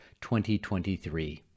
2023